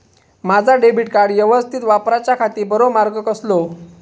माजा debit card यवस्तीत वापराच्याखाती बरो मार्ग कसलो?